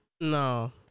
No